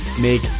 make